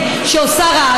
הצעת חוק איסור צריכת זנות (הוראת שעה),